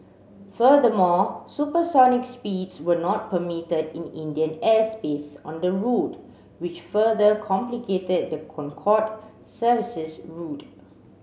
furthermore supersonic speeds were not permitted in Indian airspace on the route which further complicated the Concorde service's route